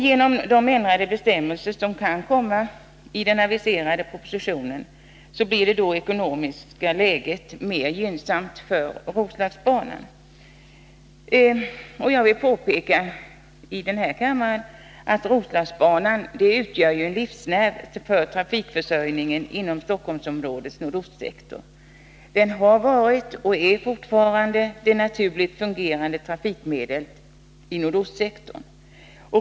Genom de ändrade bestämmelser som kan komma i den aviserade propositionen blir då det ekonomiska läget mer gynnsamt för Roslagsbanan. Jag vill här i kammaren påpeka att Roslagsbanan utgör ju livsnerven för trafikförsörjningen inom Stockholmsområdets nordostsektor. Den har varit och är fortfarande det naturligt fungerande trafikmedlet i nordostsektorn.